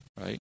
right